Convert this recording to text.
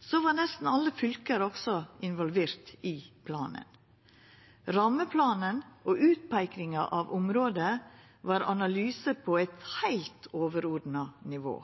Så var nesten alle fylke også involvert i planen. Rammeplanen og utpeikinga av område var analysar på eit heilt overordna nivå,